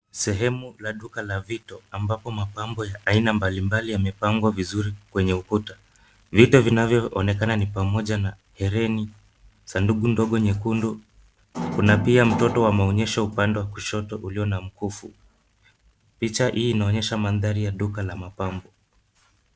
Sehemu la duka la vito ambapo mapambo ya aina mbalimbali yamepangwa vizuri kwenye ukuta. Vitu vinavyoonekana ni pamoja na herini, sanduku ndogo nyekundu. Kuna pia mtoto wa maonyesho upande wa kushoto ulio na mkufu. Picha hii inaonyesha mandhari ya duka la mapambo.